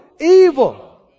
evil